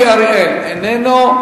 אני מזמין את חבר הכנסת אורי אריאל, איננו.